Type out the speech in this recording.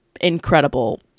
incredible